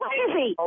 Crazy